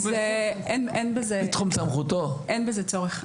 אין בזה צורך.